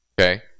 okay